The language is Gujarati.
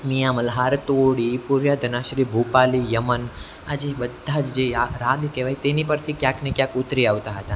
મિયાં મલ્હાર તોડી પૂર્યાતનાશ્રી ભોપાલી યમન આ જે બધા જ જે આ રાગ રાગ કહેવાય તેની પરથી ક્યાંકને ક્યાંક ઉતરી આવતા હતા